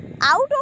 out